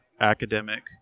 academic